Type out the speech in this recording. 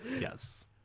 Yes